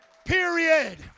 Period